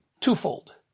twofold